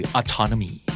autonomy